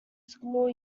school